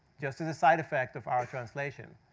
just as a side effect of our translation.